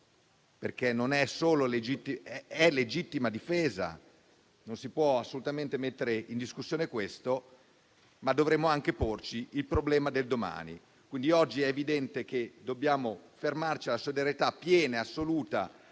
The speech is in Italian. perché è legittima difesa e questo non si può assolutamente mettere in discussione, ma dovremmo anche porci il problema del domani. È quindi evidente che oggi dobbiamo fermarci alla solidarietà piena e assoluta